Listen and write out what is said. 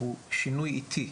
הוא שינוי איטי,